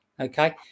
okay